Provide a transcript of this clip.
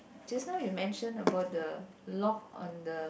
just now you mention about the lock on the